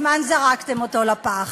מזמן זרקתם אותו לפח.